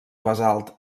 basalt